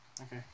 Okay